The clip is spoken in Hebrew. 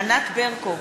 ענת ברקו,